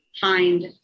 find